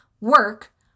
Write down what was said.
work